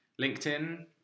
LinkedIn